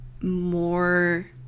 more